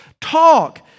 talk